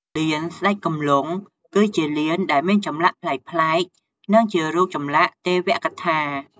លានស្ដេចគំលង់ គឺជាលានដែលមានចម្លាក់ប្លែកៗ និងជារូបចម្លាក់ទេវកថា។